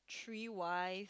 three wives